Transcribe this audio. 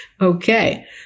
Okay